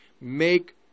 Make